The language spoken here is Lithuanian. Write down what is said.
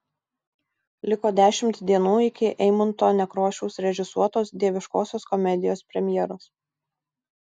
liko dešimt dienų iki eimunto nekrošiaus režisuotos dieviškosios komedijos premjeros